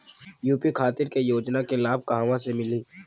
UP खातिर के योजना के लाभ कहवा से मिली?